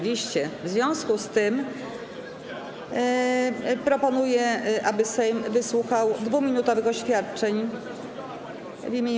W związku z tym proponuję, aby Sejm wysłuchał 2-minutowych oświadczeń w imieniu.